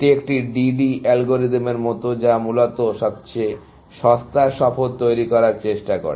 এটি একটি DD অ্যালগরিদমের মতো যা মূলত সবচেয়ে সস্তার সফর তৈরি করার চেষ্টা করে